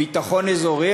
ביטחון אזורי?